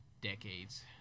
decades